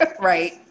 right